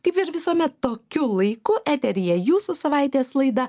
kaip ir visuomet tokiu laiku eteryje jūsų savaitės laida